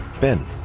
Ben